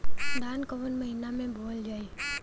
धान कवन महिना में बोवल जाई?